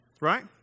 right